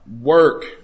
Work